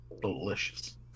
Delicious